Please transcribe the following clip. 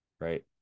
right